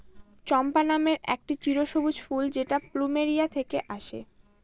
চম্পা নামের একটি চিরসবুজ ফুল যেটা প্লুমেরিয়া থেকে আসে